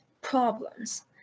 problems